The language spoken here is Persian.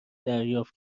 دریافت